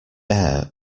air